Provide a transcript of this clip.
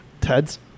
Ted's